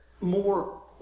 more